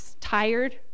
tired